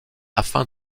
afin